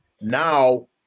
Now